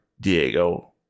Diego